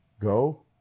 go